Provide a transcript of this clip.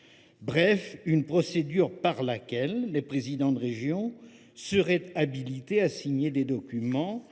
entre l’État et les régions. Les présidents de région seraient ainsi habilités à signer des documents